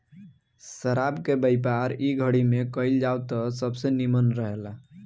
शराब के व्यापार इ घड़ी में कईल जाव त सबसे निमन रहेला